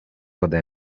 ode